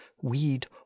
weed